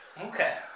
okay